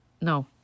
no